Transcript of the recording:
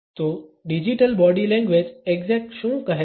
તો digital body language exact શું કહે છે